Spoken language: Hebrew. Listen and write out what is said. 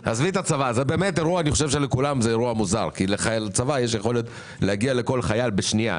זה באמת אירוע שלכולם הוא מוזר כי לצבא יש יכולת להגיע לכל חייל בשנייה.